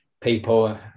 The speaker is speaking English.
people